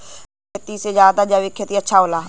रासायनिक खेती से ज्यादा जैविक खेती अच्छा होला